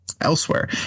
elsewhere